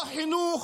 לא חינוך,